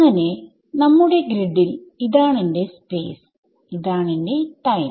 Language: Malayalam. അങ്ങനെ നമ്മുടെ ഗ്രിഡിൽ ഇതാണെന്റെ സ്പേസ് ഇതാണെന്റെ ടൈം